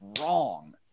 wrong